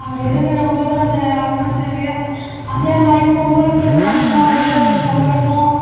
அவர் இருக்கும்போது அந்த அருமை தெரில அதேமாதிரி பொங்கலுக்குனு பாத்தோன்னா ஒவ்வொரு பொங்கலுக்கும்